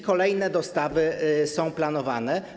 Kolejne dostawy są planowane.